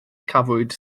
cafwyd